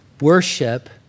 worship